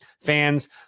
fans